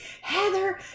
Heather